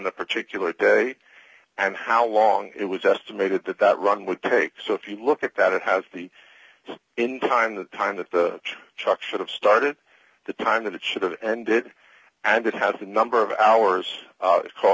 the particular day and how long it was estimated that that run would take so if you look at that it has the in time the time that the chuck should have started the time that it should have ended and it has a number of hours